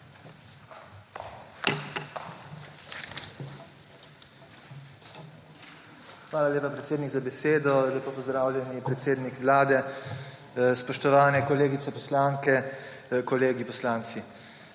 Hvala lepa, predsednik, za besedo. Lepo pozdravljeni, predsednik Vlade, spoštovani kolegice poslanke, kolegi poslanci!